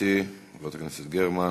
גברתי חברת הכנסת גרמן.